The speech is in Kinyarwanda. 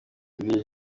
lil